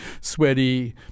sweaty